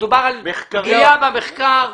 ופגיעה במחקר.